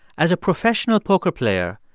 as a professional poker player,